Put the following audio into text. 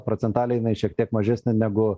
procentaliai jinai šiek tiek mažesnė negu